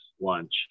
lunch